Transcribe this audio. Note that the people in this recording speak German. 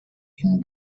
ihn